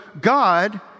God